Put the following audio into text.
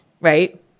right